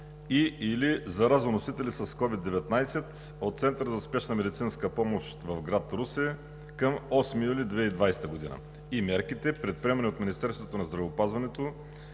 и/или заразоносители с СOVID-19 от Центъра за спешна медицинска помощ в град Русе към 8 юли 2020 г. и мерките, предприемани от Министерството на здравеопазването